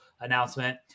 announcement